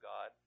God